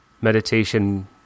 meditation